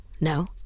no